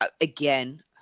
again